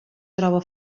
troba